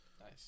Nice